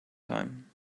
time